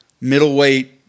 middleweight